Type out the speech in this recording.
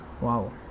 wow